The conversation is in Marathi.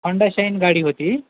अंडा शईन गाडी होती